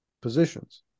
positions